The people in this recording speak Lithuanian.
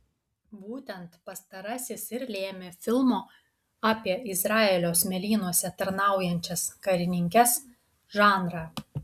būtent pastarasis ir lėmė filmo apie izraelio smėlynuose tarnaujančias karininkes žanrą